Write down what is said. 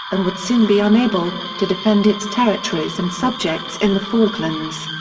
and would soon be unable, to defend its territories and subjects in the falklands.